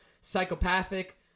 psychopathic